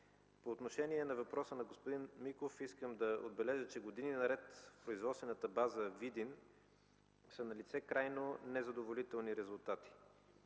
По отношение на въпроса на господин Миков искам да отбележа, че години наред в производствената база на Видин са налице крайно незадоволителни резултати.